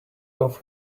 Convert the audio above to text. off